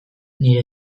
nire